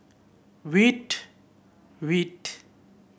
Veet Veet